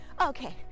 Okay